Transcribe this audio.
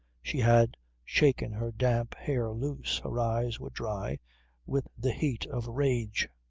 she had shaken her damp hair loose her eyes were dry with the heat of rage.